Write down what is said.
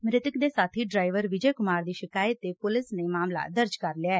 ਮਿਤਕ ਦੇ ਸਾਬੀ ਡਰਾਇਵਰ ਵਿਜੈ ਕੁਮਾਰ ਦੀ ਸਿਕਾਇਤ ਤੇ ਪੁਲਿਸ ਨੇ ਮਾਮਲਾ ਦਰਜ ਕਰ ਲਿਐ